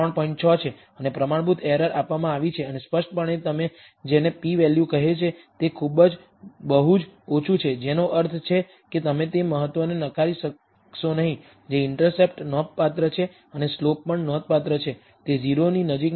6 છે અને પ્રમાણભૂત એરર આપવામાં આવી છે અને સ્પષ્ટપણે તમે જેને p વેલ્યુ કહે છે તે ખૂબ જ બહુ જ ઓછું છે જેનો અર્થ છે કે તમે તે મહત્વને નકારી શકશો નહીં જે ઇન્ટરસેપ્ટ નોંધપાત્ર છે અને સ્લોપ પણ નોંધપાત્ર છે તે 0 ની નજીક નથી